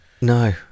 No